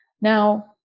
Now